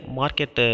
market